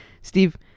Steve